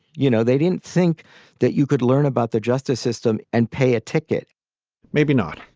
you know, they didn't think that you could learn about the justice system and pay a ticket maybe not.